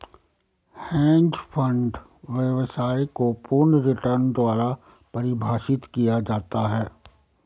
hedge fund व्यवसाय को पूर्ण रिटर्न द्वारा परिभाषित किया जाता है